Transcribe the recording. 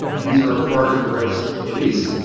these are ah part of the refseq release.